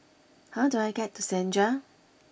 how do I get to Senja